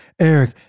Eric